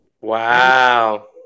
Wow